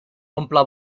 omple